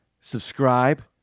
subscribe